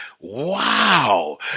wow